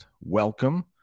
welcome